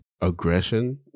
aggression